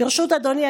ברשות אדוני,